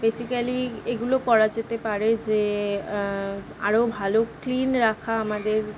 basically এগুলো করা যেতে পারে যে আরো ভালো ক্লিন রাখা আমাদের